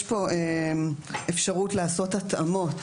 יש פה אפשרות לעשות התאמות